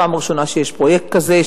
פעם ראשונה שיש פרויקט כזה,